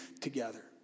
together